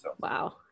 Wow